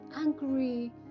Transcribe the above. angry